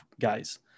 guys